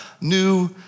new